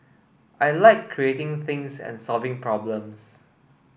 I like creating things and solving problems